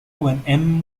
when